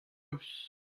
eus